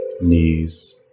knees